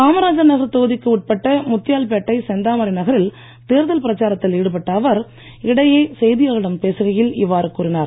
காமராஜர் நகர் தொகுதிக்கு உட்பட்ட முத்தியால்பேட் செந்தாமரை நகரில் தேர்தல் பிரச்சாரத்தில் ஈடுபட்ட அவர் இடையே செய்தியாளர்களிடம் பேசுகையில் இவ்வாறு கூறினார்